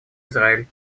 израиль